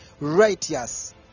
righteous